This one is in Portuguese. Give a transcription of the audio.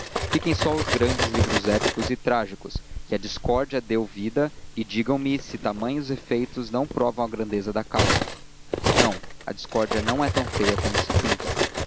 fiquem só os grandes livros épicos e trágicos a que a discórdia deu vida e digam-me se tamanhos efeitos não provam a grandeza da causa não a discórdia não é tão feia como se pinta